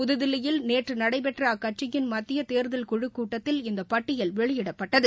புதுதில்லியில் நேற்று நடைபெற்ற அக்கட்சியின் மத்திய தேர்தல் குழுக் கூட்டத்தில் இந்த பட்டியல் வெளியிடப்பட்டது